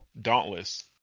Dauntless